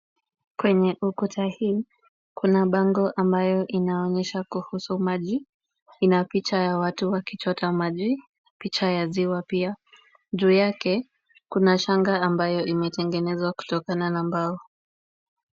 Kwenye ukuta hii kuna bango ambayo inaonyesha kuhusu maji, ina picha ya watu wakichota maji, picha ya ziwa pia. Juu yake kuna shanga ambayo imetengenezwa kutokana na mbao.